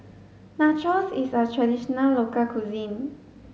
Nachos is a traditional local cuisine